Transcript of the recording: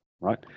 right